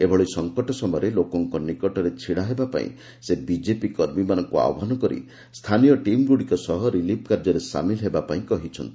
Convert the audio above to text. ଏଭଳି ସଙ୍କଟ ସମୟରେ ଲୋକଙ୍କ ନିକଟରେ ଛିଡାହେବା ପାଇଁ ସେ ବିଜେପି କର୍ମୀମାନଙ୍କୁ ଆହ୍ପାନ କରିବାସହ ସ୍ଥାନୀୟ ଟିମ୍ଗୁଡିକ ସହ ରିଲିଫ୍ କାର୍ଯ୍ୟରେ ସାମିଲ୍ ହେବା ପାଇଁ କହିଚ୍ଚନ୍ତି